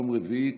יום רביעי,